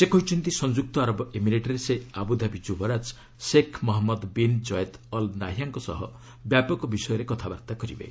ସେ କହିଛନ୍ତି ସଂଯୁକ୍ତ ଆରବ ଏମିରେଟ୍ରେ ସେ ଆବୁଧାବି ଯୁବରାଜ Sheikh Mohammed bin Zayed Al ନାହିୟାଁଙ୍କ ସହ ବ୍ୟାପକ ବିଷୟରେ କଥାବାର୍ତ୍ତା କରିବେ